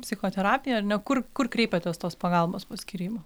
psichoterapiją ar ne kur kur kreipėtės tos pagalbos po skyrybų